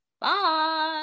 Bye